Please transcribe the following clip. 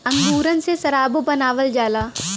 अंगूरन से सराबो बनावल जाला